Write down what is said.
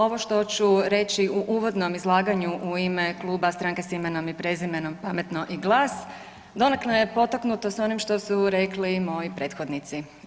Ovo što ću reći u uvodnom izlaganju u ime Kluba Stranke s Imenom i Prezimenom, Pametno i GLAS donekle je potaknut s onim što su rekli moji prethodnici.